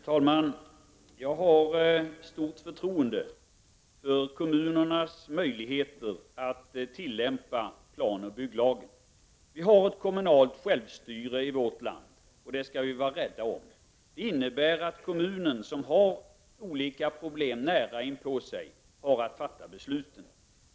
Herr talman! Jag har stort förtroende för kommunernas möjligheter att tillämpa planoch bygglagen. Vi har kommunal självstyrelse i vårt land, och den skall vi vara rädda om. Det innebär att kommunen, som har diverse problem nära inpå sig, har att fatta besluten.